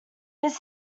his